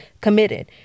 committed